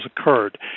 occurred